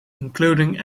including